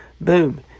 Boom